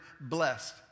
blessed